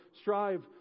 strive